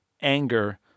anger